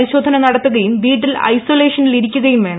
പരിശോധന നടത്തുകയും വീട്ടിൽ ഐസൊലേഷനിൽ ഇരിക്കുകയും വേണം